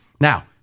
Now